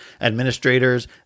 administrators